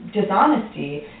dishonesty